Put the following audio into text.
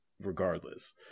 regardless